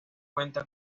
cuenta